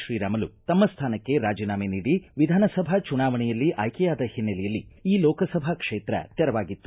ಶ್ರೀರಾಮುಲು ತಮ್ಮ ಸ್ಥಾನಕ್ಕೆ ರಾಜಿನಾಮೆ ನೀಡಿ ವಿಧಾನಸಭಾ ಚುನಾವಣೆಯಲ್ಲಿ ಆಯ್ಕೆಯಾದ ಹಿನ್ನೆಲೆಯಲ್ಲಿ ಈ ಲೋಕಸಭಾ ಕ್ಷೇತ್ರ ತೆರವಾಗಿತ್ತು